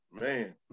man